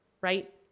right